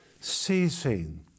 ceasing